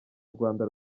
rwanda